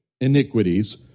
iniquities